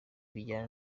bijyana